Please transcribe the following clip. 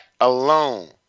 alone